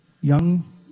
Young